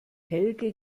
helge